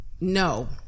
No